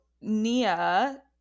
Nia